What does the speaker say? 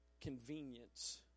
convenience